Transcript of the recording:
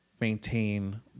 maintain